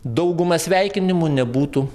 dauguma sveikinimų nebūtų